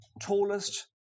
tallest